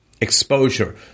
exposure